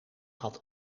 had